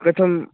कथं